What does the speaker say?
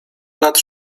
lat